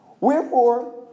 Wherefore